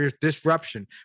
disruption